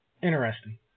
Interesting